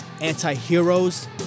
anti-heroes